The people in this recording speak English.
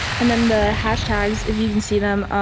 and then the hashtags, if you can see them,